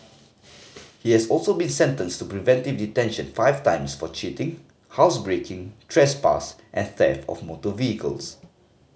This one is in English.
he has also been sentenced to preventive detention five times for cheating housebreaking trespass and theft of motor vehicles